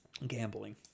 gambling